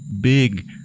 Big